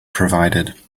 provided